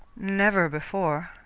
never before,